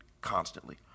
constantly